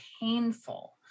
painful